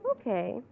Okay